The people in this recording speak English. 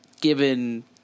given